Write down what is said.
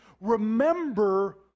remember